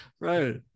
Right